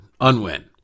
UNWIN